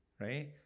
right